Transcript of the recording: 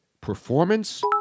Performance